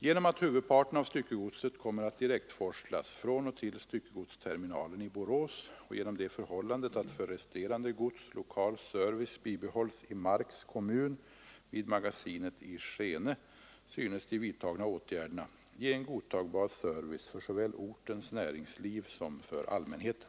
Genom att huvudparten av styckegodset kommer att direktforslas från och till styckegodsterminalen i Borås och genom det förhållandet att för resterande gods lokal service bibehålls i Marks kommun vid magasinet i Skehe synes de vidtagna åtgärderna ge en godtagbar service för såväl ortens näringsliv som allmänheten.